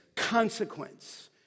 consequence